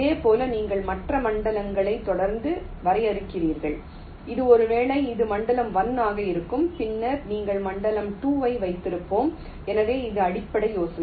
இதேபோல் நீங்கள் மற்ற மண்டலங்களை தொடர்ந்து வரையறுக்கிறீர்கள் இது ஒருவேளை இது மண்டலம் 1 ஆக இருக்கும் பின்னர் நாங்கள் மண்டலம் 2 ஐ வைத்திருப்போம் எனவே இது அடிப்படை யோசனை